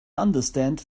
understand